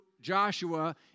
Joshua